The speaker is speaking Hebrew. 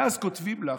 ואז כותבים לך,